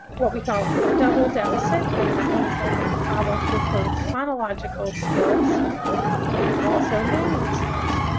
what we call the double deficit. and that means they have problems with both phonological skills and also naming skills.